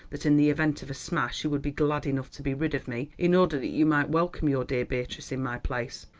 that in the event of a smash, you would be glad enough to be rid of me in order that you might welcome your dear beatrice in my place.